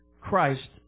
Christ